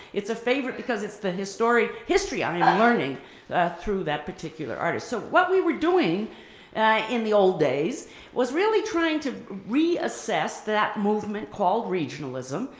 it's a favorite because it's the history history i am yeah learning through that particular artist. so what we were doing in the old days was really trying to reassess that movement called regionalism,